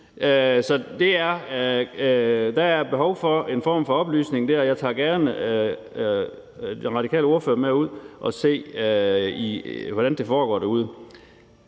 der er behov for en form for oplysning der, og jeg tager gerne den radikale ordfører med ud at se, hvordan det foregår derude.